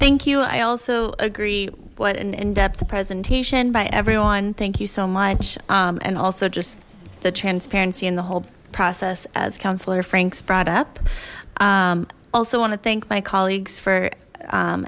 thank you i also agree what an in depth presentation by everyone thank you so much and also just the transparency in the whole process as councilor frank's brought up i also want to thank my colleagues for